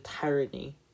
tyranny